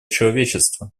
человечества